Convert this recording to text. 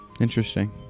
Interesting